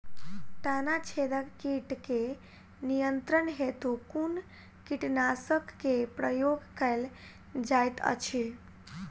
तना छेदक कीट केँ नियंत्रण हेतु कुन कीटनासक केँ प्रयोग कैल जाइत अछि?